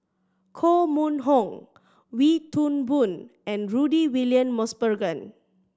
Koh Mun Hong Wee Toon Boon and Rudy William Mosbergen